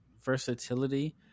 versatility